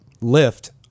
lift